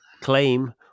claim